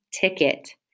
ticket